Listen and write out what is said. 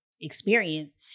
experience